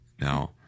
Now